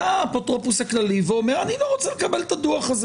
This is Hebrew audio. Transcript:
ובא האפוטרופוס הכללי ואומר: אני לא רוצה לקבל את הדו"ח הזה